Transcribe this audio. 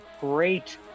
great